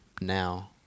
now